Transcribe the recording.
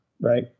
right